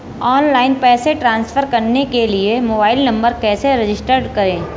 Online पैसे transfer करने के लिए मोबाइल नंबर कैसे रजिस्टर करें?